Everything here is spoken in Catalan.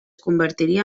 convertiria